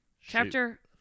chapter